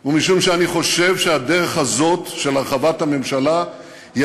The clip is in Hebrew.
הוא שאני חושב שהדרך הזאת של הרחבת הממשלה היא